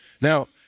Now